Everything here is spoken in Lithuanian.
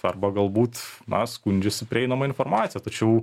arba galbūt na skundžiasi prieinama informacija tačiau